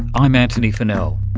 i'm antony funnell.